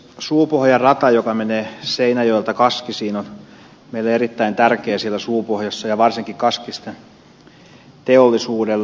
suupohjan rata joka menee seinäjoelta kaskisiin on meille erittäin tärkeä siellä suupohjassa ja varsinkin kaskisten teollisuudelle